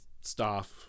staff